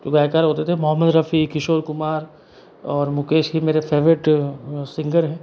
जो गायक होते थे मोहम्मद रफ़ी किशोर कुमार और मुकेश जी मेरे फेवरेट सिंगर हैं